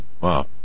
wow